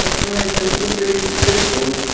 but prayed that it would be successful.